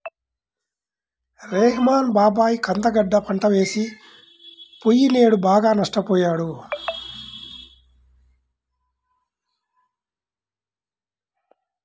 రెహ్మాన్ బాబాయి కంద గడ్డ పంట వేసి పొయ్యినేడు బాగా నష్టపొయ్యాడు